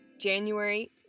January